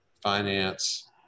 finance